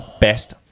best-